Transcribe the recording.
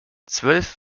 zwölf